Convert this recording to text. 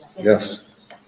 Yes